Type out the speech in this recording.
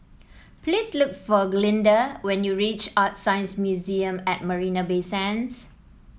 please look for Glynda when you reach ArtScience Museum at Marina Bay Sands